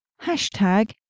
Hashtag